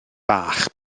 bach